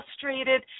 frustrated